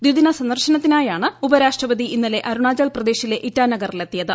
ദിദിന സന്ദർശനത്തിനായാണ് ഉപരാഷ്ട്രപതി ഇന്നലെ അരുണാചൽ പ്രദേശിലെ ഇറ്റാനഗറിൽ എത്തിയത്